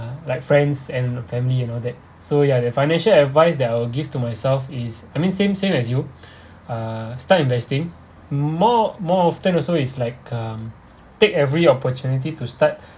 err like friends and family you know that so ya the financial advice that I will give to myself is I mean same same as you uh start investing more more often also is like um take every opportunity to start